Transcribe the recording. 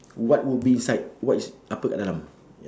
what would be inside what is apa kat dalam